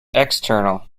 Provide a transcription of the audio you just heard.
external